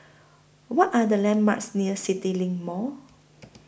What Are The landmarks near CityLink Mall